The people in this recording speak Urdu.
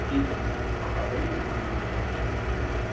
ٹھیک ہے بھائی آپ آ جائیے ہمارے یہاں مل جائے گی ساری چیزیں آپ کو